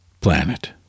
planet